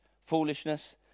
foolishness